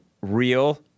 real